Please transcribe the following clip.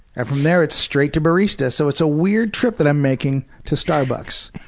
and from there it's straight to barista. so it's a weird trip that i'm making to starbucks.